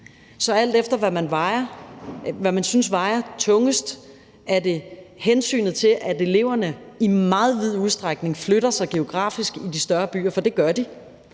er, alt efter hvad man synes vejer tungest. Er det hensynet til, at eleverne i meget vid udstrækning flytter sig geografisk i de større byer? For det gør de.